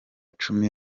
cumi